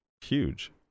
huge